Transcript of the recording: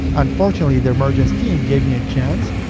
and fortunately, the emergence team gave me a chance,